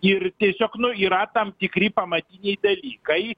ir tiesiog nu yra tam tikri pamatiniai dalykai